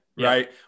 right